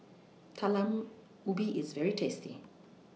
Talam Ubi IS very tasty